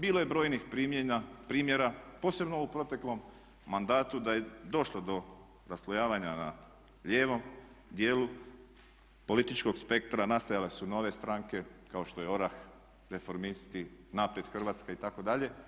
Bilo je brojnih primjera posebno u proteklom mandatu da je došlo do raslojavanja na lijevom dijelu političkog spektra, nastajale su nove stranke, kao što je ORAH, Reformisti, Naprijed Hrvatska itd.